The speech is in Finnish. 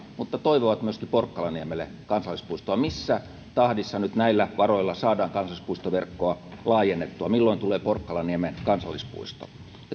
mutta toivovat myöskin porkkalanniemelle kansallispuistoa missä tahdissa näillä varoilla saadaan kansallispuistoverkkoa laajennettua milloin tulee porkkalanniemeen kansallispuisto